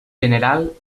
general